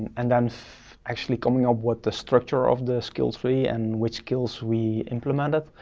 and then actually coming up what the structure of the skills tree and which skills we implemented,